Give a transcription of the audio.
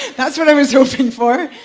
that's what i was hoping for.